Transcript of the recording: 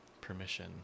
permission